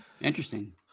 Interesting